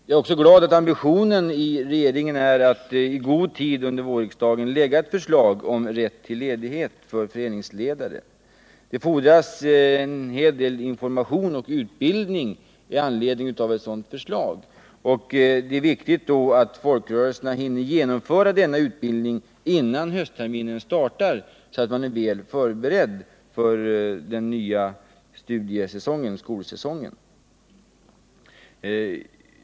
Jag är också glad för att ambitionen i regeringen är att i god tid under vårriksdagen framlägga ett förslag om rätt till ledighet för föreningsledare. Det fordras en hel del information och utbildning med anledning av ett sådant förslag. Det är viktigt att folkrörelserna hinner genomföra denna utbildning innan höstterminen startar, så att man är väl förberedd för den nya skolsäsongen.